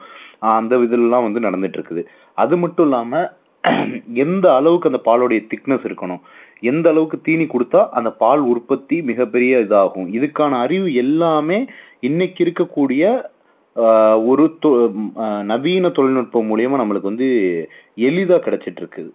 அந்த இதெல்லாம் வந்து நடந்துட்ருக்குது அது மட்டும் இல்லாமல் எந்த அளவுக்கு அந்த பாலோடைய திக்னஸ் இருக்கணும் எந்த அளவுக்கு தீனி கொடுத்தா அந்த பால் உற்பத்தி மிகப்பெரிய இதாகும் இதுக்கான அறிவு எல்லாமே இன்றைக்கி இருக்கக்கூடிய ஒரு து நவீன தொழில்நுட்பம் மூலிமா நம்மளுக்கு வந்து எளிதாக கிடச்சிட்ருக்குது